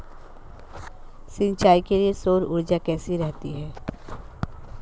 सिंचाई के लिए सौर ऊर्जा कैसी रहती है?